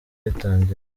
ritangira